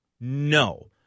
No